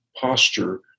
posture